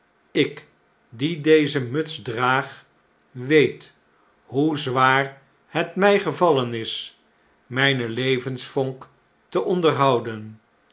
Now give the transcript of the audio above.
ik die deze muts draag weet hoe zwaar het mij gevallen is rmjne levensvonk te onderhouden